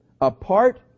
apart